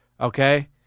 okay